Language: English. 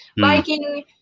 biking